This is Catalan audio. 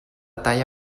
talla